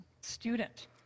student